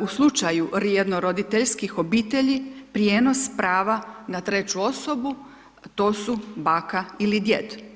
u slučaju jednoroditeljskih obitelji prijenos prava na treću osobu a to su baka ili djed.